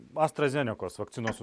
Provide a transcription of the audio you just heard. astra zenekos vakcinos